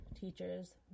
teachers